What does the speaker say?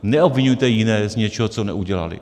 Neobviňujte jiné z něčeho, co neudělali.